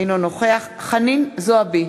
אינו נוכח חנין זועבי,